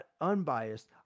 Unbiased